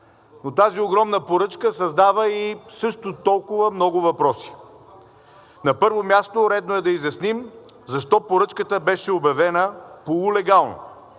Тази огромна поръчка създава и също толкова много въпроси. На първо място, редно е да изясним защо поръчката беше обявена полулегално,